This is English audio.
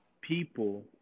people